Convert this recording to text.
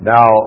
Now